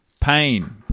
pain